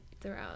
throughout